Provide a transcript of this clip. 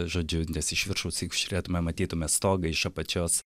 žodžiu nes iš viršaus jeigu žiūrėtume matytume stogą iš apačios